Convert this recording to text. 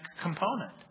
component